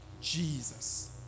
Jesus